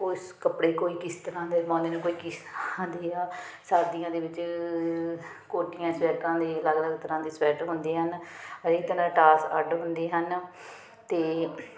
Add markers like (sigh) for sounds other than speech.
ਕੋਈ ਸ ਕੱਪੜੇ ਕੋਈ ਕਿਸ ਤਰ੍ਹਾਂ ਦੇ ਪਾਉਂਦੇ ਨੇ ਕੋਈ ਕਿਸ ਤਰ੍ਹਾਂ ਦੀ ਸਰਦੀਆਂ ਦੇ ਵਿੱਚ ਕੋਟੀਆਂ ਸਵੈਟਰਾਂ ਦੇ ਅਲੱਗ ਅਲੱਗ ਤਰ੍ਹਾਂ ਦੀ ਸਵੈਟਰ ਹੁੰਦੇ ਹਨ (unintelligible) ਟਾਸ ਅੱਡ ਹੁੰਦੇ ਹਨ ਅਤੇ